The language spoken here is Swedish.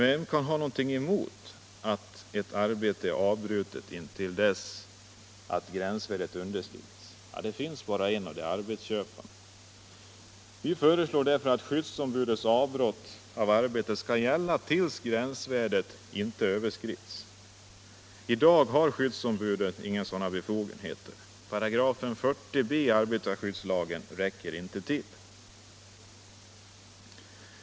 Vem kan ha någonting emot att ett arbete Årbetsmiljöfrdgor 210 avbryts intill dess att gränsvärdet underskridits? Ja, det finns bara en —- arbetsköparen. Vi föreslår att skyddsombudetsavbrytande av arbetet skall gälla tills gränsvärdet inte överskrids, I dag har skyddsombuden inte några sådana befogenheter. 40 b§ arbetarskyddslagen räcker inte till.